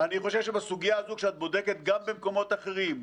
אני חושב שבסוגיה הזאת כשאת בודקת גם במקומות אחרים,